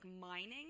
mining